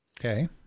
Okay